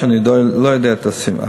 אני לא יודע את הסיבות.